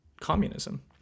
communism